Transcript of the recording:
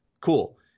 Cool